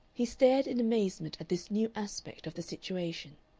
he stared in amazement at this new aspect of the situation.